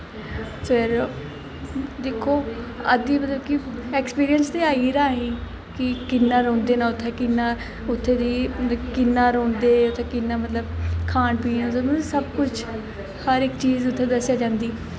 फिर दिक्खो अद्धी मतलब की एक्सपीरियंस ते आई दा कि कि'यां रौहंदे न उ'त्थें कि'यां उ'त्थें गी कि'यां रौहंदे ते उ'त्थें कि'यां मतलब खान पीन ते सब कुछ हर इक चीज उ'त्थें दस्सेआ जंदी